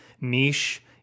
niche